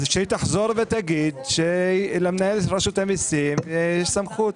אז שהיא תחזור ותגיד שלמנהל רשות המיסים יש סמכות.